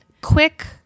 Quick